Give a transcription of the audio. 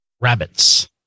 Rabbits